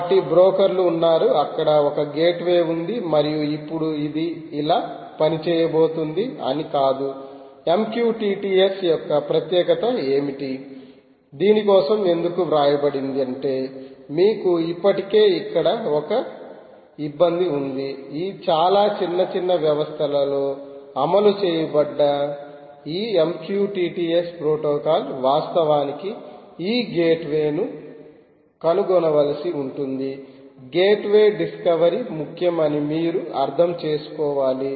కాబట్టి బ్రోకర్లు ఉన్నారు అక్కడ ఒక గేట్వే ఉంది మరియు ఇప్పుడు ఇది ఇలా పని చేయబోతోంది అని కాదు MQTT S యొక్క ప్రత్యేకత ఏమిటి దీని కోసం ఎందుకు వ్రాయబడింది అంటే మీకు ఇప్పటికే ఇక్కడ ఒక ఇబ్బంది ఉంది ఈ చాలా చిన్న చిన్న వ్యవస్థలలో అమలు చేయబడ్డ ఈ MQTT S ప్రోటోకాల్ వాస్తవానికి ఈ గేట్వేను కనుగొనవలసి ఉంటుంది గేట్వే డిస్కవరీ ముఖ్యం అని వీరు అర్థం చేసుకోవాలి